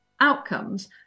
outcomes